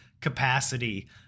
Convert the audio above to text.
capacity